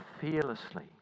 fearlessly